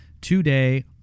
today